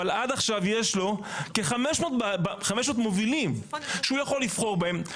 אבל עד עכשיו יש לו כ-500 מובילים שהוא יכול לבחור בהם.